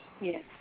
Yes